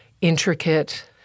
intricate